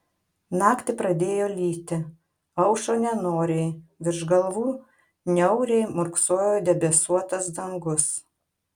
naktį pradėjo lyti aušo nenoriai virš galvų niauriai murksojo debesuotas dangus